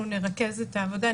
אנחנו נרכז את העבודה,